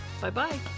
Bye-bye